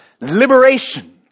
Liberation